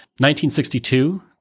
1962